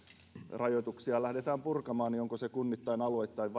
rajoituksia lähdetään purkamaan että onko se kunnittain alueittain